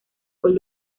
con